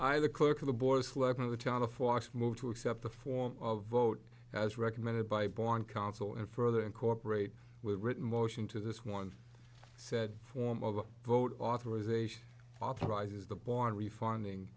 force moved to accept the form of vote as recommended by born council and further incorporate with written motion to this one said form of the vote authorization authorizes the board refunding